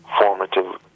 formative